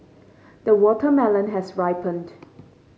the watermelon has ripened